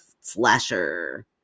slasher